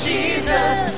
Jesus